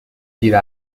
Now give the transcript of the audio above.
دیر